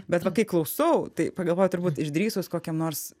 bet va kai klausau tai pagalvoju turbūt išdrįsus kokiam nors